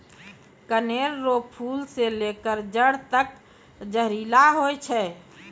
कनेर रो फूल से लेकर जड़ तक जहरीला होय छै